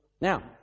Now